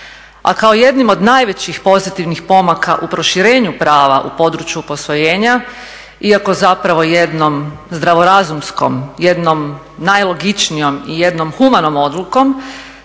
a kao jednim od najvećih pozitivnih pomaka u proširenju prava u području posvojenja iako zapravo jednom zdravorazumskom, jednom najlogičnijom i jednom humanom odlukom